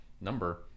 number